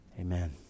amen